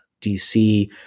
DC